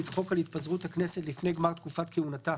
חוק על התפזרות הכנסת לפני גמר תקופת כהונתה,